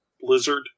Blizzard